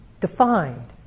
defined